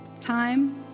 time